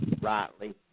rightly